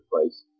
place